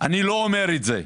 אני לא אומר את זה.